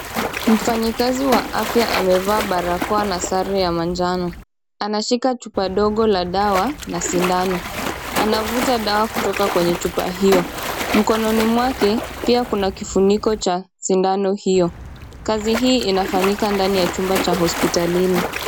Mfanyikazi wa afya amevaa barakoa na sare ya manjano, anashika chupa dogo la dawa na sindano. Anavuta dawa kutoka kwenye chupa hiyo. Mkononi mwake pia kuna kifuniko cha sindano hiyo. Kazi hii inafanyika ndani ya chumba cha hospitalini.